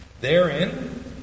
therein